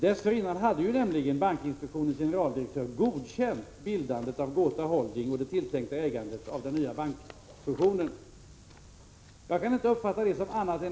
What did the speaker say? Dessförinnan hade bankinspektionens generaldirektör godkänt bildandet av Gota Holding och det tilltänkta ägandet av den nya bankfusionen. Jag kan inte uppfatta det som Bengt K.